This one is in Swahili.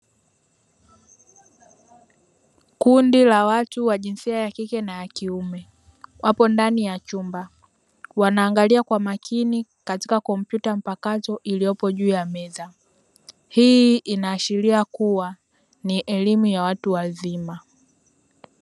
Kundi la watu wa jinsia ya kike na kiume wapo ndani ya chumba, wanaangalia kwa makini katika kompyuta mpakato iliyopo juu ya meza. Hii inaashiria kua ni elimu ya watu wazima.